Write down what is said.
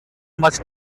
must